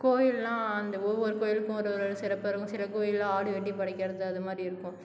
கோவில்னா அந்த ஒவ்வொரு கோவிலுக்கும் ஒரு ஒரு சிறப்பு இருக்கும் சில கோவில்ல ஆடு வெட்டி படைக்கிறது அதுமாதிரி இருக்கும்